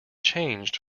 changed